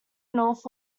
north